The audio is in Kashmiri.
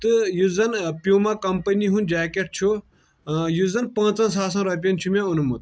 تہٕ یُس زن پیوٗما کمپٔنی ہنُد جاکیٚٹ چھُ یُس زن پانٛژن ساسن رۄپین چھُ مےٚ اوٚنمُت